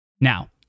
Now